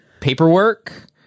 paperwork